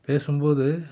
பேசும்போது